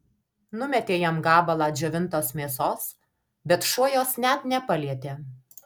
numetė jam gabalą džiovintos mėsos bet šuo jos net nepalietė